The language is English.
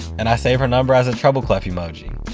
and i save her number as a treble clef emoji.